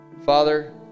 Father